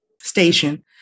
station